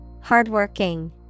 Hardworking